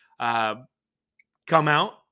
come-out